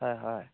হয় হয়